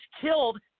killed